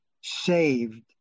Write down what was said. saved